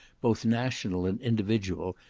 both national and individual,